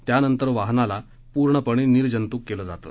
त्यानंतर वाहनाला पूर्णपणे निर्जंतुक केले जाते